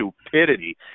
stupidity